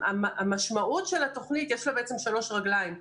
לתוכנית יש שלוש רגליים: